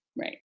right